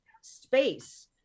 space